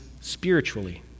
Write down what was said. spiritually